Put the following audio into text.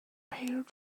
prepared